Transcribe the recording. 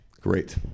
Great